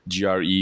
gre